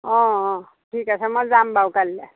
অঁ অঁ ঠিক আছে মই যাম বাৰু কালিলৈ